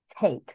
take